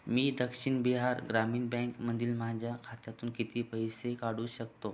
मी दक्षिण बिहार ग्रामीण बँकमधील माझ्या खात्यातून किती पैसे काढू शकतो